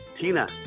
Tina